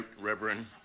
Reverend